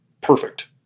perfect